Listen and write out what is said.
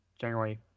January